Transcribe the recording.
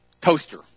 toaster